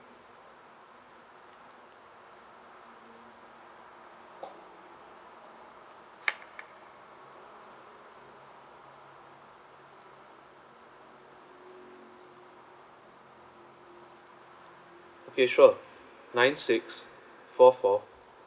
okay sure nine six four four